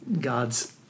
God's